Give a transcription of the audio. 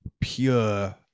pure